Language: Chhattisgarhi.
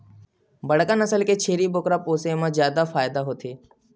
बड़का नसल के छेरी बोकरा पोसे म जादा फायदा होथे